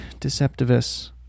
Deceptivus